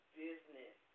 business